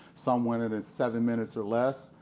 some want it at seven minutes or less,